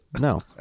no